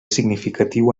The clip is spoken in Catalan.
significatiu